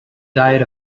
diet